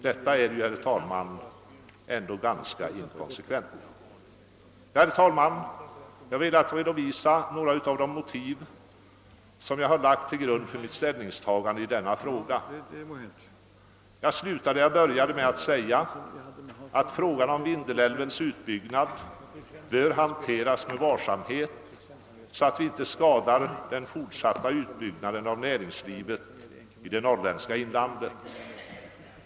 Detta är väl, herr talman, ganska inkonsekvent. Herr talman! Jag ville alltså redovisa några av de motiv som jag har lagt till grund för mitt ställningstagande i denna fråga. Jag slutar med att upprepa vad jag förut sade, att frågan om Vindelälvens utbyggnad bör hanteras med varsamhet, så att vi inte skadar den fortsatta utbyggnaden av näringslivet i det norrländska inlandet.